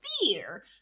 fear